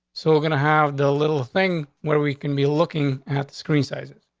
so we're gonna have the little thing where we could be looking at the screen sizes?